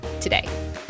today